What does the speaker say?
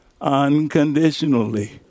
unconditionally